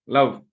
Love